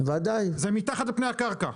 זה מתחת לפני הקרקע.